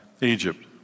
Egypt